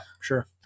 sure